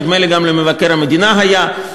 נדמה לי שגם למבקר המדינה היו.